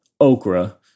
okra